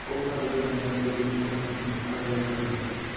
अफार गोनां गासैबो मुथाफोरनि फारिलाइ खालाम